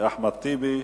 אחמד טיבי,